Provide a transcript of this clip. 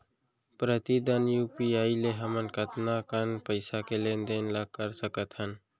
प्रतिदन यू.पी.आई ले हमन कतका कन पइसा के लेन देन ल कर सकथन?